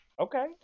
Okay